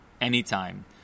anytime